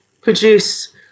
produce